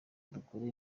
dukore